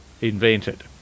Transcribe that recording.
Invented